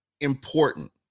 important